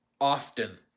often